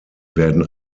werden